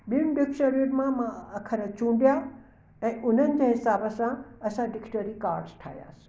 ॿियुंनि डिक्शनरियुन मां मां अखर चूंडिया ऐं उन्हनि जे हिसाब सां असां डिक्शनरी कार्डस ठायासे